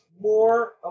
more